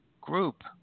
group